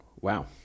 Wow